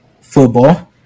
Football